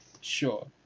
Sure